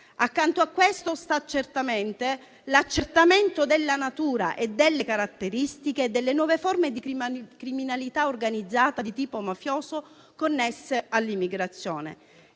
Accanto a questo, sta l'accertamento della natura e delle caratteristiche delle nuove forme di criminalità organizzata di tipo mafioso connesse all'immigrazione.